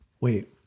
Wait